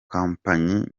kompanyi